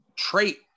trait